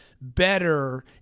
better